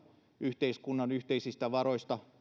yhteiskunnan yhteisistä varoista